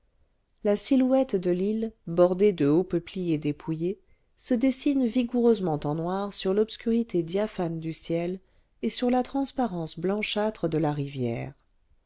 la silhouette de l'île bordée de hauts peupliers dépouillés se dessine vigoureusement en noir sur l'obscurité diaphane du ciel et sur la transparence blanchâtre de la rivière